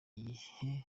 gihe